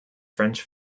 french